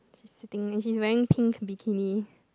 she's sitting and she's wearing pink bikini